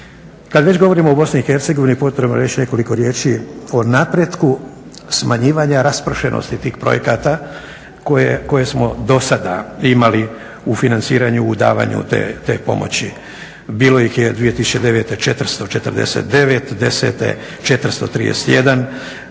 Kada već govorimo o BiH potrebno je reći nekoliko riječi o napretku smanjivanja raspršenosti tih projekata koje smo do sada imali u financiranju u davanju te pomoći. Bilo ih je 2009. 449, 2010. 431,